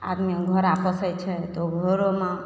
आदमी घोड़ा पोसै छै तऽ घोड़ोमे